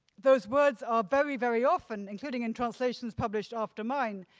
those words are very, very often, including in translations published after mine,